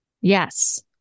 Yes